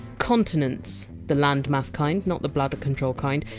continents. the land mass kind, not the bladder control kind.